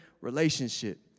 relationship